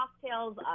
cocktails